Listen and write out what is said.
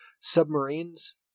Submarines